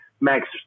Max